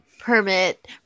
Permit